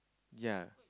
ya